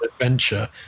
adventure